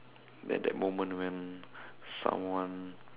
that that moment when someone